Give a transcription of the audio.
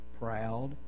proud